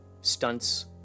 stunts